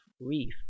reef